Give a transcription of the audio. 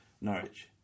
Norwich